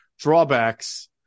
drawbacks